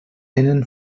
tenen